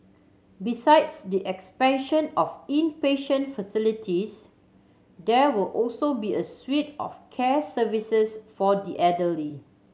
besides the expansion of inpatient facilities there will also be a suite of care services for the elderly